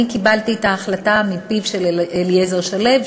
אני קיבלתי את ההחלטה מפיו של אליעזר שלו,